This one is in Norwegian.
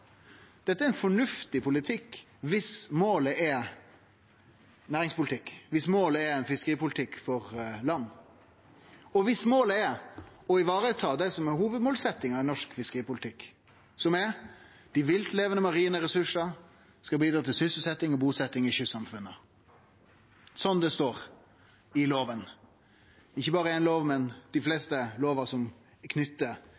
Dette er ein fornuftig politikk viss målet er ein næringspolitikk og ein fiskeripolitikk for land, og viss målet er å vareta det som er hovudmålsetjinga i norsk fiskeripolitikk, som er at dei viltlevande marine ressursane skal bidra til sysselsetjing og busetjing i kystsamfunna. Slik står det i lova, ikkje berre i éi lov, men i dei